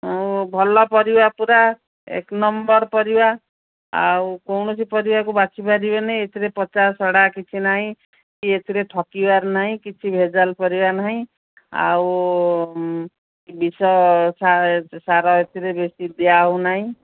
ଆଉ ଭଲ ପରିବା ପୁରା ଏକ ନମ୍ବର୍ ପରିବା ଆଉ କୌଣସି ପରିବାକୁ ବାଛି ପାରିବେନି ଏଥିରେ ପଚା ସଢ଼ା କିଛି ନାହିଁ କି ଏଥିରେ ଠକିବାର ନାହିଁ କିଛି ଭେଜାଲ୍ ପରିବା ନାହିଁ ଆଉ ବିଷ ସାର ଏଥିରେ ବେଶୀ ଦିଆ ହଉ ନାହିଁ